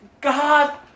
God